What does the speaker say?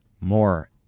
more